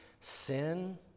sin